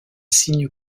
signe